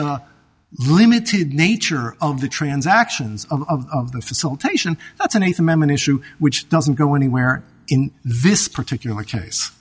the limited nature of the transactions of the facilitation that's an eighth amendment issue which doesn't go anywhere in this particular case